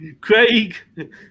craig